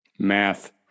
Math